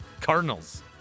Cardinals